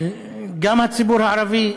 יש תוכניות,